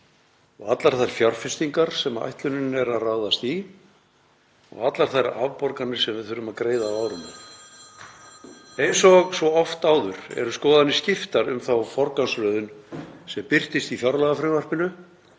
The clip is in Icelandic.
og allar þær fjárfestingar sem ætlunin er að ráðast í og allar þær afborganir sem við þurfum að greiða á árinu. Eins og svo oft áður eru skoðanir skiptar um þá forgangsröðun sem birtist í fjárlagafrumvarpinu.